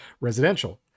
residential